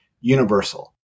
universal